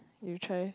you try